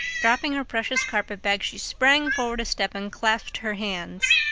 dropping her precious carpet-bag she sprang forward a step and clasped her hands.